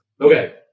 Okay